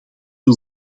wil